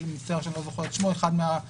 אני מצטער שאני לא זוכר את שמו אחד מהחוקרים